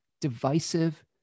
divisive